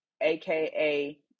aka